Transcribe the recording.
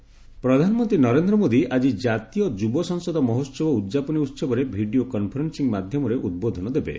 youth parliament ପ୍ରଧାନମନ୍ତ୍ରୀ ନରେନ୍ଦ୍ର ମୋଦୀ ଆଜି ଜାତୀୟ ଯୁବ ସଂସଦ ମହୋତ୍ସବ ଉଦ୍ଯାପନୀ ଉହବରେ ଭିଡ଼ିଓ କନ୍ଫରେନ୍ସିଂ ମାଧ୍ୟମରେ ଉଦ୍ବୋଧନ ଦେବେ